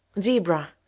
Zebra